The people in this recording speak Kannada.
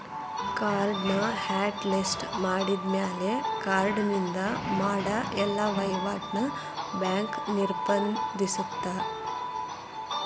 ಕಾರ್ಡ್ನ ಹಾಟ್ ಲಿಸ್ಟ್ ಮಾಡಿದ್ಮ್ಯಾಲೆ ಕಾರ್ಡಿನಿಂದ ಮಾಡ ಎಲ್ಲಾ ವಹಿವಾಟ್ನ ಬ್ಯಾಂಕ್ ನಿರ್ಬಂಧಿಸತ್ತ